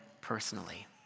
personally